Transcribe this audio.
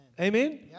Amen